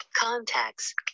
Contacts